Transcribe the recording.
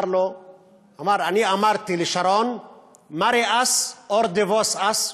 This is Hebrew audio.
הוא אמר: אני אמרתי לשרון marry us or divorce us,